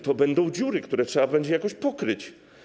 To będą dziury, które trzeba będzie jakoś pokryć.